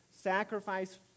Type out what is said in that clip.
sacrifice